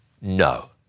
No